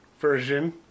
version